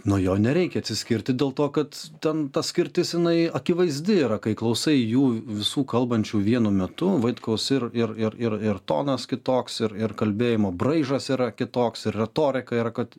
nuo jo nereikia atsiskirti dėl to kad ten ta skirtis jinai akivaizdi yra kai klausai jų visų kalbančių vienu metu vaitkaus ir ir ir ir tonas kitoks ir ir kalbėjimo braižas yra kitoks ir retorika yra kad